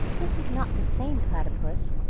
this is not the same platypus,